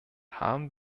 haben